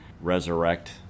resurrect